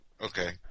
Okay